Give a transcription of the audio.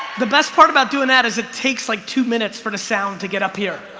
the best part about doing that is it takes like two minutes for the sound to get up here